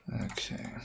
okay